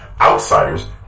outsiders